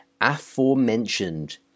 aforementioned